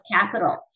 capital